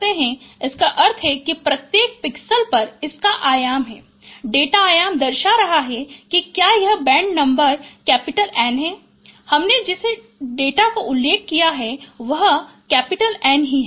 तो इसका अर्थ है कि प्रत्येक पिक्सेल पर इसका आयाम है डेटा आयाम दर्शा रहा है कि क्या यह बैंड नंबर N है हमने जिस डेटा का उल्लेख किया है वह N है